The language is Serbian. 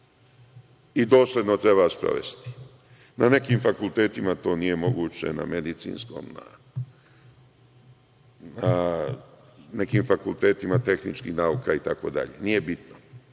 i dosledno treba sprovesti. Na nekim fakultetima to nije moguće, kao na medicinskom, na nekim fakultetima tehničkih nauka, itd, nije bitno,